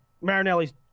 Marinelli's